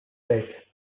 states